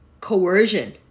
coercion